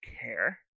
care